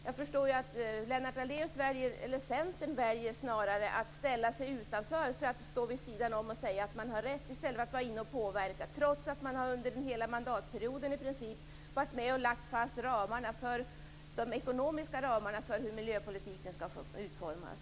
Jag förstår att Centern väljer att ställa sig utanför för att i stället för att vara med och påverka kunna stå vid sidan om och säga att de har rätt, trots att de under i princip hela mandatperioden har varit med och lagt fast de ekonomiska ramarna för hur miljöpolitiken skall utformas.